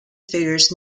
figures